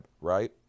right